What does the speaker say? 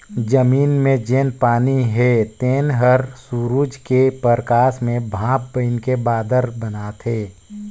जमीन मे जेन पानी हे तेन हर सुरूज के परकास मे भांप बइनके बादर बनाथे